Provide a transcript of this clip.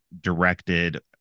directed